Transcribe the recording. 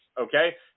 okay